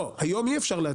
לא, היום אי-אפשר.